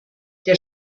der